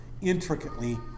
intricately